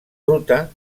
ruta